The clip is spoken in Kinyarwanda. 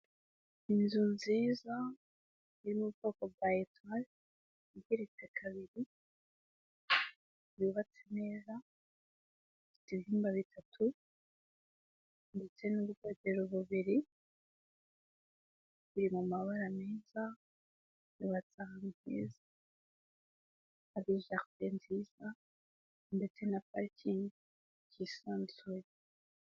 Inzu nziza iri mu bwoko bwa etaje igeretse kabiri yubatse neza intera ifite ibi ibyumba bitatu ndetse n'ubwogero bubiri biri mu mabara meza yubatse ahantu heza, hari jaride nziza ndetse na parikingi yisanzuye.